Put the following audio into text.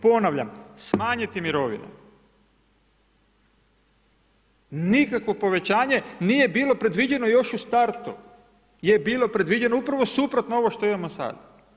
Ponavljam, smanjiti mirovine, nikakvo povećanje nije bilo predviđeno još u startu, je bilo predviđeno upravo suprotno ovo što imamo sad.